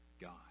God